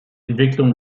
entwicklung